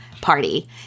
party